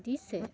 দিছে